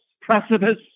precipice